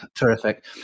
Terrific